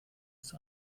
ist